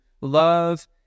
love